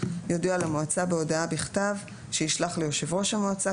יודיע למועצה בהודעה בכתב שישלח ליושב ראש המועצה,